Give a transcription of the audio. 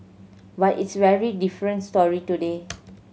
but it's very different story today